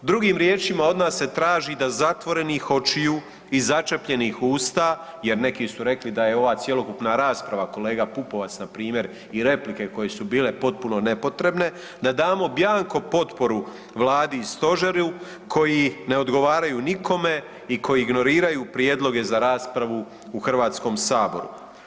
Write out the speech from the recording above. Drugim riječima od nas se traži da zatvorenih očiju i začepljenih usta jer neki su rekli da je ova cjelokupna rasprava, kolega Pupovac npr. i replike koje su bile potpuno nepotrebne, da damo bianco potporu Vladi i stožeru koji ne odgovaraju nikome i koji ignoriraju prijedloge za raspravu u Hrvatskom saboru.